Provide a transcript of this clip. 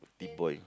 Rotiboy